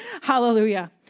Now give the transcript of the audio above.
Hallelujah